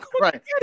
Right